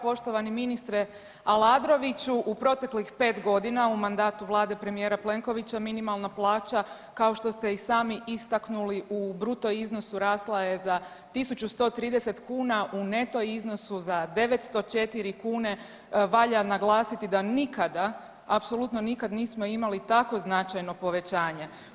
Poštovani ministre Aladraoviću u proteklih 5 godina u mandatu Vlade premijera Plenkovića minimalna plaća kao što ste i sami istaknuli u bruto iznosu rasla je za 1.130 kuna u neto iznosu za 904 kune, valja naglasiti da nikada apsolutno nikada nismo imali tako značajno povećanje.